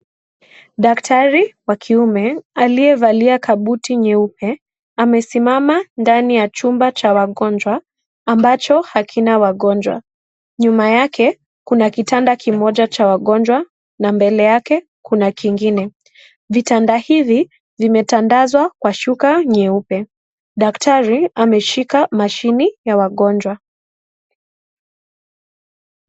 Daktari wa kiume aliyevalia kabuti nyeupe amesimama ndani chumba cha wagonjwa ambacho hakina wagonjwa, nyuma yake kuna kitanda kimoja cha wagonjwa na mbele yake kuna kingine, vitanda hivi vimetandazwa kwa shuka nyeupe. Daktari ameshika mashine ya wagonjwa.